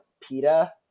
PETA